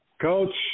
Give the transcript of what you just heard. Coach